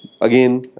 Again